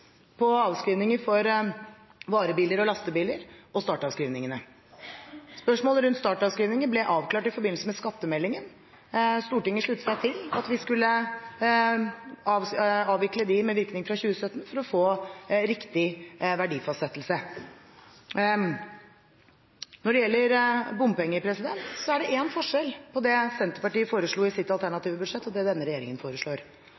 på avskrivninger for varebiler og lastebiler og startavskrivningene. Spørsmålet rundt startavskrivninger ble avklart i forbindelse med skattemeldingen. Stortinget sluttet seg til at vi skulle avvikle dem med virkning fra 2017 for å få riktig verdifastsettelse. Når det gjelder bompenger, er det én forskjell på det Senterpartiet foreslo i sitt alternative budsjett, og det denne regjeringen foreslår.